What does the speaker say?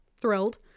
thrilled